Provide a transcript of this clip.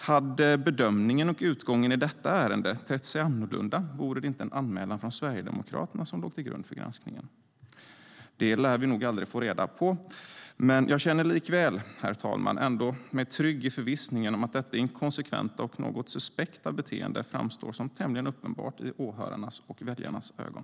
Hade bedömningen och utgången i detta ärende tett sig annorlunda om det inte vore en anmälan från Sverigedemokraterna som låg till grund för granskningen? Det lär vi aldrig få reda på men jag känner mig likväl ändå trygg i förvissningen om att detta inkonsekventa och något suspekta beteende framstår som tämligen uppenbart i åhörarnas och väljarnas ögon.